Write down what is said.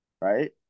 Right